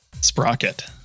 Sprocket